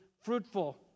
fruitful